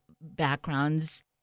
backgrounds